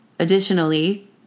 Additionally